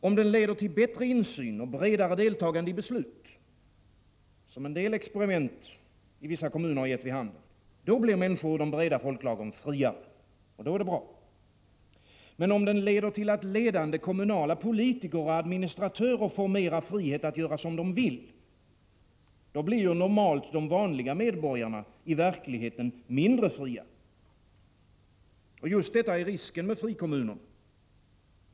Om den leder till bättre insyn och bredare deltagande i beslut, som en del experiment i vissa kommuner har gett vid handen, då blir människor ur de breda folklagren friare. Då är det bra. Men om den leder till att ledande kommunala politiker och administratörer får mer frihet att göra som de vill — då blir normalt de vanliga medborgarna i verkligheten mindre fria. Just detta är risken med frikommunerna.